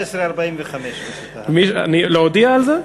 19:45. להודיע על זה?